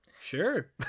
sure